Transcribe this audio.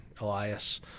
Elias